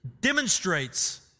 demonstrates